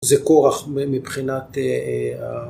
זה כורח מבחינת...